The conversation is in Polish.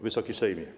Wysoki Sejmie!